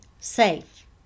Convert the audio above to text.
SAFE